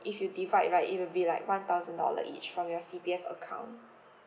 if you divide right it will be like one thousand dollar each from your C_P_F account